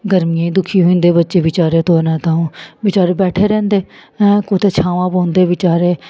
गर्मियें दुखी होई जंदे बच्चे बेचारे धो न तां'ऊं बेचारे बैठे रैंह्दे ऐं कुतै छावां बौंह्दे बेचारे